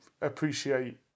appreciate